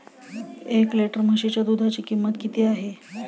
एक लिटर म्हशीच्या दुधाची किंमत किती आहे?